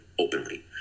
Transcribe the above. Openly